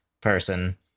person